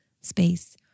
space